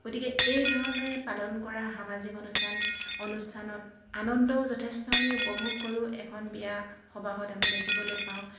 গতিকে এইধৰণেৰে পালন কৰা সামাজিক অনুষ্ঠান অনুষ্ঠানত আনন্দও যথেষ্ট আমি উপভোগ কৰোঁ এখন বিয়া সবাহত আমি দেখিবলৈ পাওঁ